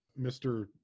mr